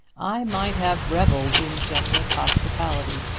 i might have revelled in generous hospitality.